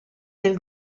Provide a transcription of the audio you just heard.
del